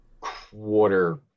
quarter